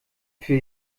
für